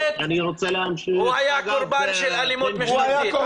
חבר הכנסת, הוא היה קורבן של אלימות משטרתית.